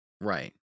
Right